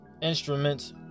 instruments